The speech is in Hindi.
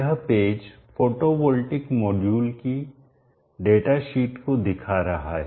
यह पेज फोटोवोल्टिक मॉड्यूल की डेटाशीट को दिखा रहा है